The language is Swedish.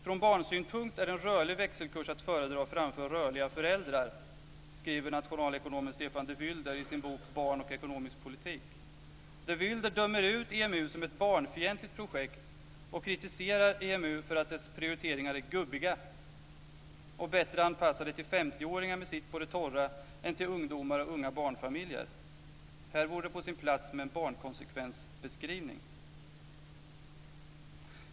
Från barnsynpunkt är en rörlig växelkurs att föredra framför rörliga föräldrar, skriver nationalekonomen Stefan de Vylder i sin bok Barn och ekonomisk politik. de Vylder dömer ut EMU som ett barnfientligt projekt och kritiserar EMU för att dess prioriteringar är gubbiga och bättre anpassade till 50-åringar med sitt på det torra än till ungdomar och unga barnfamiljer. Här vore det på sin plats med en barnkonsekvensbeskrivning.